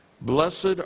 Blessed